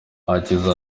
hakiza